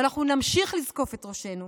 ואנחנו נמשיך לזקוף את ראשינו,